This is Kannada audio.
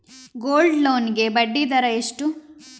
ಗೋಲ್ಡ್ ಲೋನ್ ಗೆ ಬಡ್ಡಿ ದರ ಎಷ್ಟು?